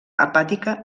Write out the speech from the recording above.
hepàtica